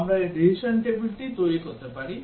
আমরা এই decision tableটি তৈরি করতে পারি